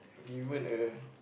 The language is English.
even a